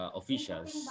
officials